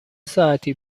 ساعتی